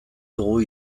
dugu